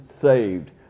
saved